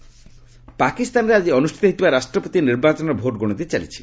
Pak election ପାକିସ୍ତାନରେ ଆଜି ଅନୁଷ୍ଠିତ ହୋଇଥିବା ରାଷ୍ଟ୍ରପତି ନିର୍ବାଚନର ଭୋଟ ଗଣତି ଚାଲିଛି